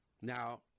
Now